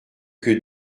que